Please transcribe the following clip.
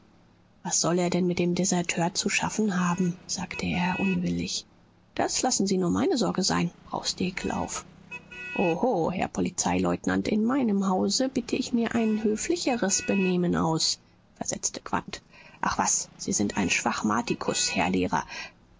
was soll er denn mit dem deserteur zu schaffen haben sagte er unwillig das lassen sie nur meine sorge sein brauste hickel auf oho herr polizeileutnant in meinem hause bitte ich mir ein höflicheres benehmen aus versetzte quandt ach was sie sind ein schwachmatikus herr lehrer